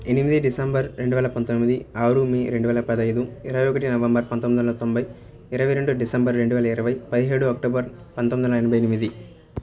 ఎనిమిది డిసెంబర్ రెండు వేల పంతొమ్మిది ఆరు మే రెండు వేల పదహైదు ఇరవై ఒకటి నవంబర్ పంతొమ్మిది వందల తొంభై ఇరవై రెండు డిసెంబర్ రెండు వేల ఇరవై పదిహేడు అక్టోబర్ పంతొమ్మిది వందల ఎనభై ఎనిమిది